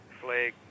flag